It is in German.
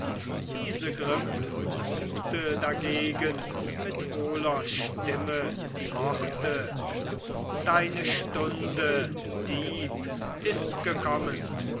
isegrim brummte dagegen mit hohler stimme die worte deine stunde dieb ist gekommen